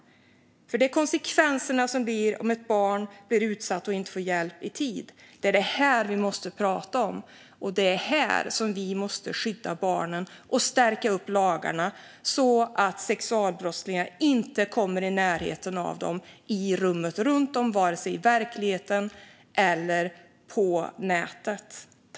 Detta blir nämligen konsekvenserna när ett barn blir utsatt och inte får hjälp i tid, och det är detta vi måste prata om. Vi måste skydda barnen och stärka upp lagarna så att sexualbrottslingar inte kommer i närheten av dem och rummet runt dem i vare sig verkligheten eller på nätet.